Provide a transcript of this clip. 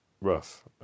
rough